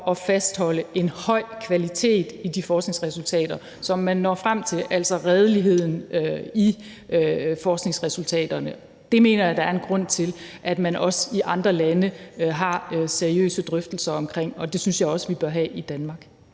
at fastholde en høj kvalitet i de forskningsresultater, som man når frem til, altså redeligheden i forskningsresultaterne. Det mener jeg også at der er grund til at man i andre lande har seriøse drøftelser omkring, og det synes jeg også vi bør have i Danmark.